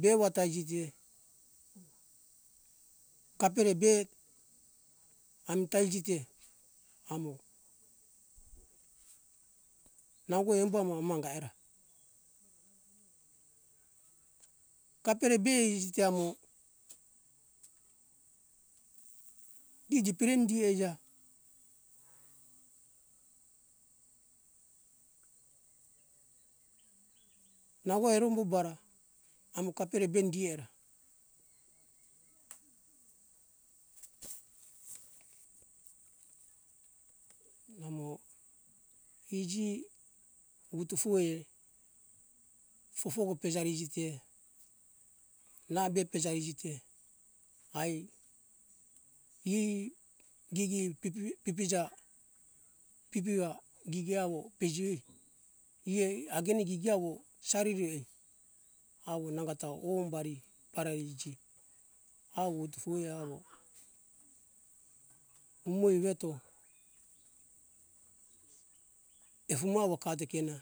Beva ta iji te kapere be amta iji te amo nango embo amo anga eora kapere be iji te amo di dipere hindi eija, nango erembo bara amo kapere be hindi eora, amo iji vuto fuoi, fofogo pejari iji te, na be pejari iji te, ai i gigi pipi va peji oi i angene avo sariri oi avo nango ta o humbari parari avo vuto oi, umoi veto o efuma avo kajeo ra,